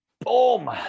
Boom